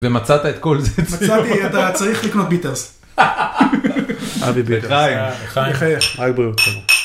ומצאת את כל זה? - מצאתי, את צריך לקנות ביטרס. - אבי, לחיים - לחיים - רק בריאות